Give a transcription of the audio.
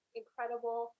incredible